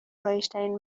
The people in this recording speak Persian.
رایجترین